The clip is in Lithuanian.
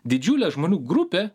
didžiulė žmonių grupė